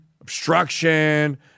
obstruction